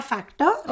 Factor